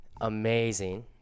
amazing